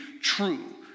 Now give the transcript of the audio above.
true